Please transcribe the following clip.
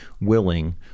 willing